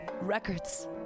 records